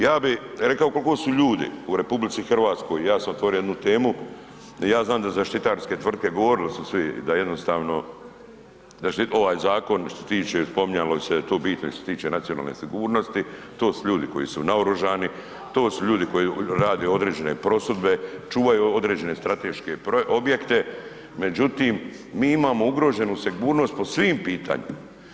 Ja bih rekao koliko su ljudi u RH, ja sam otvorio jednu temu, ja znam da zaštitarske tvrtke govorili su svi da jednostavno ovaj zakon što se tiče spominjalo se … što se tiče nacionalne sigurnosti, to su ljudi koji su naoružani, to su ljudi koji rade određene prosudbe, čuvaju određene strateške objekte, međutim mi imamo ugroženu sigurnost po svim pitanjima.